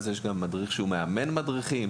מדריכים שמאמנים מדריכים